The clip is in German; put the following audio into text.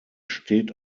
steht